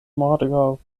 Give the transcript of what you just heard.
morgaŭ